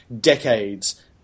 decades